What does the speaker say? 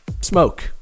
smoke